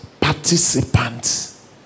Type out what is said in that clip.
Participants